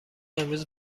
امروز